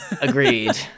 Agreed